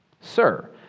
Sir